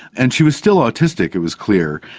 and she was still autistic, it was clear,